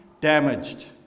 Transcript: damaged